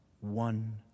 one